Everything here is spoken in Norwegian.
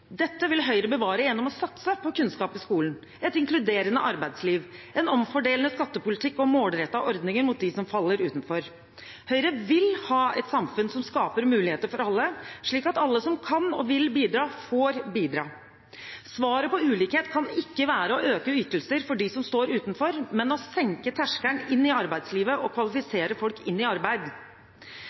Dette vil Høyre bevare gjennom å satse på kunnskap i skolen, et inkluderende arbeidsliv, en omfordelende skattepolitikk og målrettede ordninger mot dem som faller utenfor. Høyre vil ha et samfunn som skaper muligheter for alle, slik at alle som kan og vil bidra, får bidra. Svaret på ulikhet kan ikke være å øke ytelser for dem som står utenfor, men å senke terskelen inn i arbeidslivet og kvalifisere folk inn i arbeid.